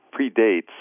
predates